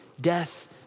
death